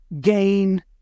gain